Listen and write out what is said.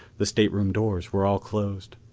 the stateroom doors were all closed.